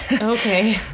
Okay